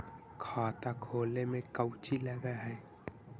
खाता खोले में कौचि लग है?